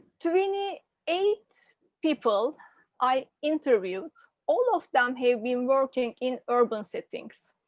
twenty eight people i interviewed, all of them have been working in urban settings,